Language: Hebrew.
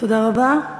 תודה רבה.